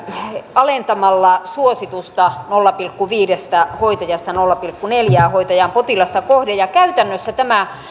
alentamalla suositusta nolla pilkku viidestä hoitajasta nolla pilkku neljään hoitajaan potilasta kohden käytännössä tämä